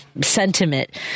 sentiment